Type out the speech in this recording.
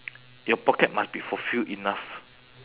your pocket must be fulfil enough